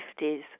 50s